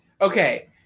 Okay